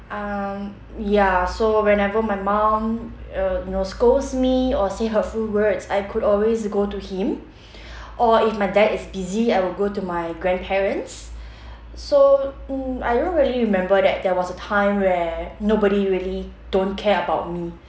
um ya so whenever my mum uh you know scolds me or say hurtful words I could always go to him or if my dad is busy I will go to my grandparents so mm I don't really remember that there was a time where nobody really don't care about me